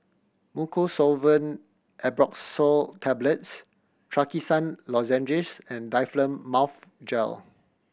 Mucosolvan Ambroxol Tablets Trachisan Lozenges and Difflam Mouth Gel